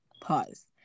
Pause